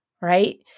Right